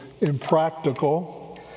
impractical